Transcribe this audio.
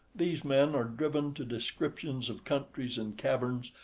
these men are driven to descriptions of countries and caverns,